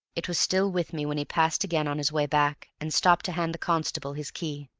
it was still with me when he passed again on his way back, and stopped to hand the constable his key.